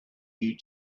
you